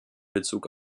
bezug